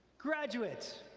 graduates,